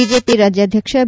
BJP ರಾಜ್ಯಾಧ್ಯಕ್ಷ B